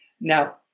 Now